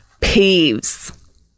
peeves